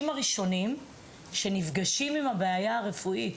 הראשונים שנפגשים עם הבעיה הרפואית.